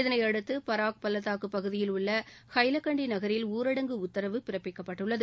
இதனையடுத்து பராக் பள்ளத்தாக்குப் பகுதியில் உள்ள ஹைலக்கண்டி நகரில் ஊரடங்கு உத்தரவு பிறப்பிக்கப்பட்டுள்ளது